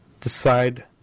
decide